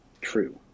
true